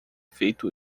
feito